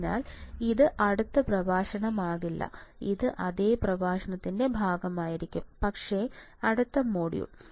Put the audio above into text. അതിനാൽ ഇത് അടുത്ത പ്രഭാഷണമാകില്ല ഇത് അതേ പ്രഭാഷണത്തിന്റെ ഭാഗമായിരിക്കും പക്ഷേ അടുത്ത മൊഡ്യൂൾ